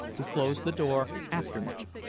who closed the door after me.